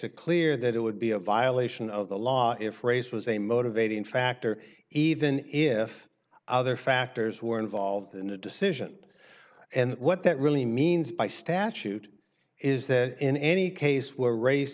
it clear that it would be a violation of the law if race was a motivating factor even if other factors were involved in the decision and what that really means by statute is that in any case where race